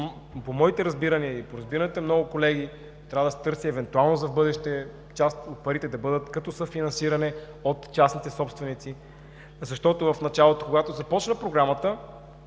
по моите разбирания и по разбиранията на много колеги трябва да се търси евентуално за в бъдеще – част от парите да бъдат като финансиране от частните собственици. В началото, когато започна Програмата